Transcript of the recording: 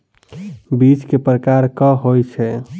बीज केँ प्रकार कऽ होइ छै?